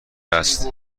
است